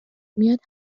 میاد